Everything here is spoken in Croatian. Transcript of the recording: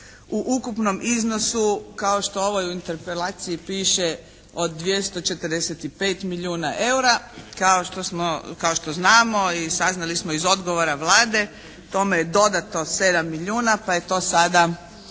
u ukupnom iznosu kao što u ovoj Interpelaciji piše od 245 milijuna eura. Kao što znamo i saznali smo iz odgovora Vlade tome je dodato 7 milijuna pa je to sada